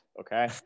Okay